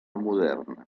moderna